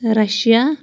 Russia